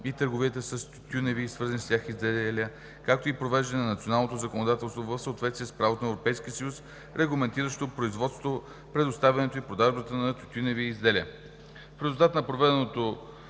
и търговията с тютюневи и свързани с тях изделия, както и привеждане на националното законодателство в съответствие с правото на Европейския съюз, регламентиращо производството, предоставянето и продажбата на тютюневи изделия. В резултат на проведеното